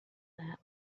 that